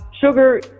sugar